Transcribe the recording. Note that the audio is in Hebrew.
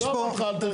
עזוב אותך.